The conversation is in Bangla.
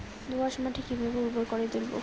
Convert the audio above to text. দোয়াস মাটি কিভাবে উর্বর করে তুলবো?